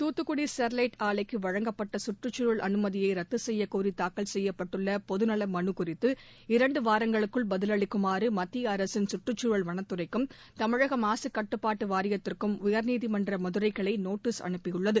Thoothukudi Sterlite ஆலைக்கு வழங்கப்பட்ட சுற்றுக்குழல் அனுமதியை ரத்து செய்யக் கோரி தாக்கல் செய்யப்பட்டுள்ள பொது நல மனு குறித்து இரண்டு வாரங்களுக்குள் பதிலளிக்குமாறு மத்திய அரசின் சுற்றுச்சூழல் வனத்துறைக்கும் தமிழக மாசுக்கட்டுப்பாட்டு வாரியத்திற்கு உயர்நீதிமன்ற மதுரைக்கிளை நோட்டஸ் அனுப்பியுள்ளது